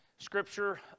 scripture